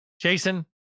Jason